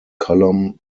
column